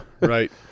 right